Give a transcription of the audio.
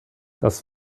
das